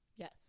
Yes